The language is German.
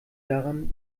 daran